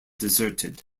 deserted